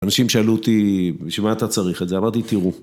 אנשים שאלו אותי, בשביל מה אתה צריך את זה, אמרתי תראו.